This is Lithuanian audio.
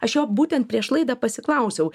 aš jo būtent prieš laidą pasiklausiau